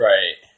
Right